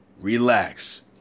relax